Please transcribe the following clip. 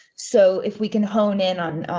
so, if we can hone in on